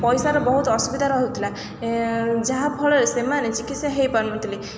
ପଇସାର ବହୁତ ଅସୁବିଧା ରହୁଥିଲା ଯାହାଫଳରେ ସେମାନେ ଚିକିତ୍ସା ହେଇପାରୁ ନଥିଲେ